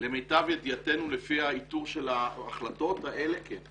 למיטב ידיעתנו, לפי האיתור של ההחלטות האלה, כן.